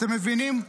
אתם מבינים?